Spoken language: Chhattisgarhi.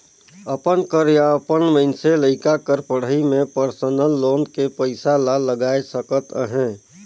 अपन कर या अपन मइनसे लइका कर पढ़ई में परसनल लोन के पइसा ला लगाए सकत अहे